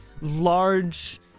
Large